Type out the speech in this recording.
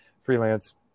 freelance